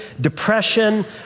depression